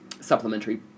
supplementary